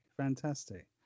fantastic